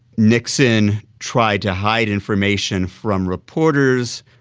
nixon tried to hide information from reporters,